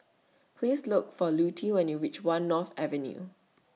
Please Look For Lutie when YOU REACH one North Avenue